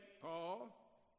Paul